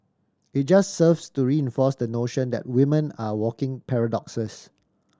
it just serves to reinforce the notion that women are walking paradoxes